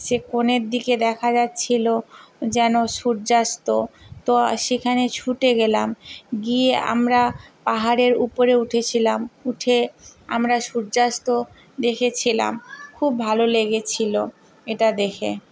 সে কোণের দিকে দেখা যাচ্ছিল যেন সূর্যাস্ত তো সেখানে ছুটে গেলাম গিয়ে আমরা পাহাড়ের উপরে উঠেছিলাম উঠে আমরা সূর্যাস্ত দেখেছিলাম খুব ভালো লেগেছিল এটা দেখে